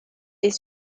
est